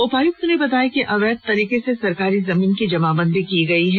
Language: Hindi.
उपायुक्त ने बताया कि अवैध तरीके से सरकारी जमीन की जमाबंदी की गई है